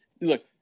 look